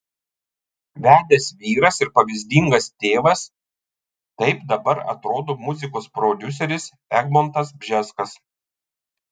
vedęs vyras ir pavyzdingas tėvas taip dabar atrodo muzikos prodiuseris egmontas bžeskas